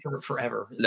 forever